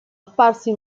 apparsi